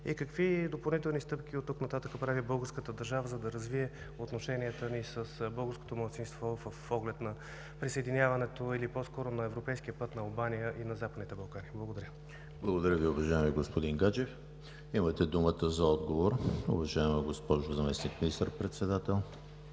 и какви допълнителни стъпки оттук нататък направи българската държава, за да развие отношенията ни с българското малцинство с оглед на присъединяването или по-скоро на европейския път на Албания и на Западните Балкани? Благодаря. ПРЕДСЕДАТЕЛ ЕМИЛ ХРИСТОВ: Благодаря Ви, уважаеми господин Гаджев. Имате думата за отговор, уважаема госпожо Заместник министър-председател.